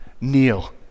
kneel